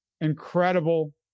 incredible